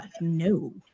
no